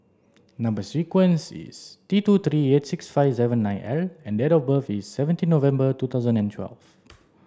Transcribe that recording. number sequence is T two three eight six five seven nine L and date of birth is seventeen November two thousand and twelfth